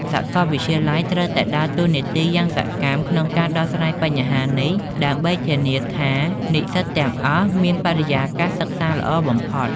សាកលវិទ្យាល័យត្រូវតែដើរតួនាទីយ៉ាងសកម្មក្នុងការដោះស្រាយបញ្ហានេះដើម្បីធានាថានិស្សិតទាំងអស់មានបរិយាកាសសិក្សាល្អបំផុត។